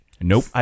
Nope